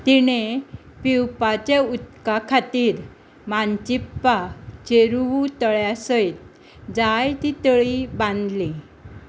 तिणें पिवपाच्या उदका खातीर मांचिप्पा चेरुवू तळ्या सयत जायतीं तळीं बांदलीं